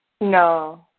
No